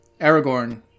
Aragorn